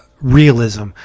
realism